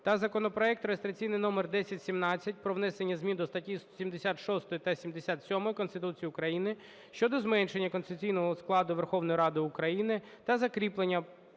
та законопроект (реєстраційний номер 1017) про внесення змін до статей 76 та 77 Конституції України (щодо зменшення конституційного складу Верховної Ради України та закріплення